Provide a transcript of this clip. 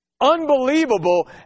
unbelievable